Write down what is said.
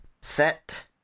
Set